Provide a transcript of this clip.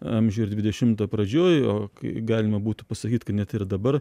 amžiuj ir dvidešimto pradžioj o kai galima būtų pasakyt kad net ir dabar